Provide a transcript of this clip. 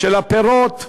של הפירות,